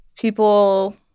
People